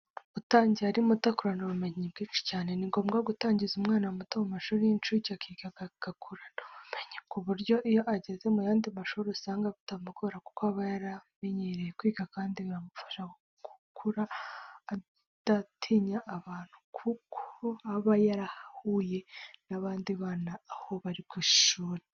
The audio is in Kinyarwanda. Utangiye ari muto akurana ubumenyi bwinshi cyane . Ni ngombwa gutangiza umwana muto mu mamashuri y'incuke akiga agakurana ubumenyi ku buryo iyo ageze mu yandi mashuri usanga bitamugora kuko aba yaramenyereye kwiga kandi bimufasha gukura adatinya abantu kuko aba yarahuye n'abandi bana aho ku ishuri.